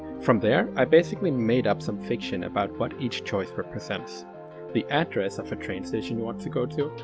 from there, i basically made up some fiction about what each choice represents the address of a train station you want to go to,